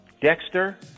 Dexter